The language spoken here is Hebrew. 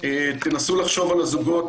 תנסו לחשוב על הזוגות,